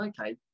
okay